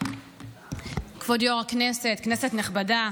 כבוד היו"ר, כנסת נכבדה,